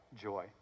joy